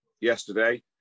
yesterday